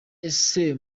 ese